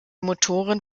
motoren